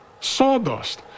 sawdust